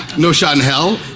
no shot in hell?